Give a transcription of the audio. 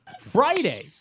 Friday